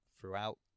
throughout